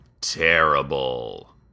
terrible